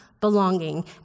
belonging